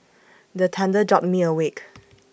the thunder jolt me awake